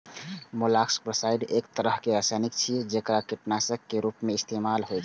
molluscicides एक तरहक रसायन छियै, जेकरा कीटनाशक के रूप मे इस्तेमाल होइ छै